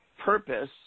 purpose